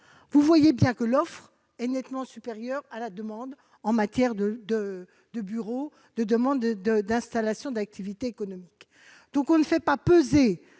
vous voyez bien que l'offre est nettement inférieure à la demande en matière de bureaux et d'installation d'activités économiques. On ne fait donc pas peser